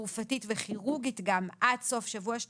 תרופתית וכירורגית גם עד סוף שבוע 12